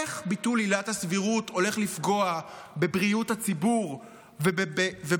איך ביטול עילת הסבירות הולך לפגוע בבריאות הציבור ובסביבה?